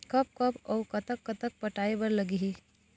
कब कब अऊ कतक कतक पटाए बर लगही